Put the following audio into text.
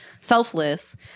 selfless